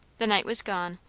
the night was gone.